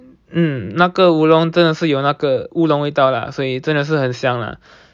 嗯那个 oolong 真的是有那个乌龙味道啦所以真的是很香啦